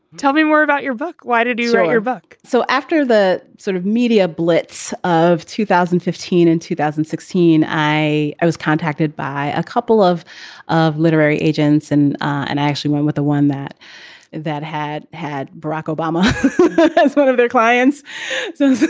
tell me more about your book. why did you write your book? so after the sort of media blitz of two thousand and fifteen and two thousand and sixteen, i i was contacted by a couple of of literary agents and and actually went with the one that that had had barack obama as one of their clients so